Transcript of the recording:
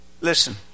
Listen